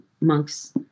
monks